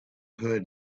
heard